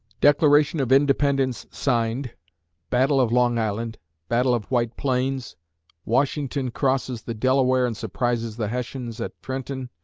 declaration of independence signed battle of long island battle of white plains washington crosses the delaware and surprises the hessians at trenton.